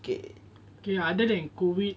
K K lah other than in kuwait